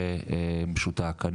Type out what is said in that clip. אתם מכירים אותי טוב,